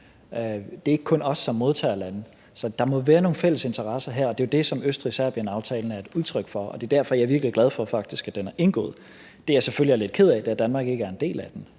det er ikke kun os som modtagerlande. Så der må være nogle fællesinteresser her, og det er det, som aftalen mellem Østrig og Serbien er et udtryk for, og det er derfor, jeg faktisk er virkelig glad for, at den er indgået. Det, jeg selvfølgelig er lidt ked af, er, at Danmark ikke er en del af den.